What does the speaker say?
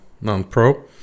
non-pro